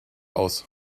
aus